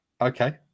Okay